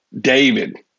David